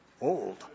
old